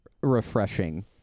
refreshing